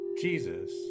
Jesus